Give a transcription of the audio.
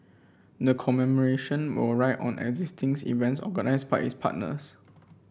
the commemoration will ride on existing's events organised by its partners